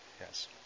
Yes